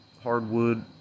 hardwood